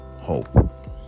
hope